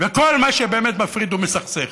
כל מה שבאמת מפריד ומסכסך.